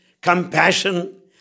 compassion